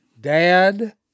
dad